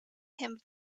him